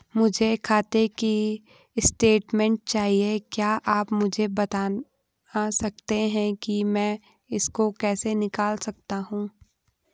मुझे खाते की स्टेटमेंट चाहिए क्या आप मुझे बताना सकते हैं कि मैं इसको कैसे निकाल सकता हूँ?